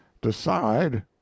decide